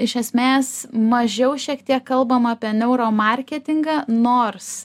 iš esmės mažiau šiek tiek kalbama apie euro marketingą nors